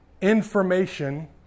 information